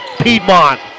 Piedmont